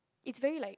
it's very like